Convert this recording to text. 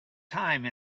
time